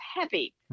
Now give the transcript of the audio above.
heavy